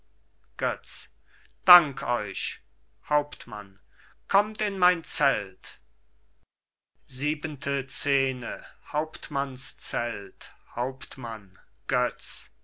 götz dank euch hauptmann kommt in mein zelt hauptmann götz